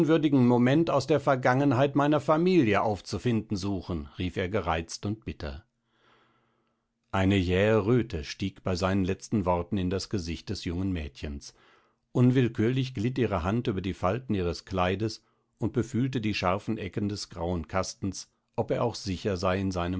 unwürdigen moment aus der vergangenheit meiner familie aufzufinden suchen rief er gereizt und bitter eine jähe röte stieg bei seinen letzten worten in das gesicht des jungen mädchens unwillkürlich glitt ihre hand über die falten ihres kleides und befühlte die scharfen ecken des grauen kastens ob er auch sicher sei in seinem